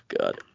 god